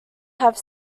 have